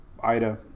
Ida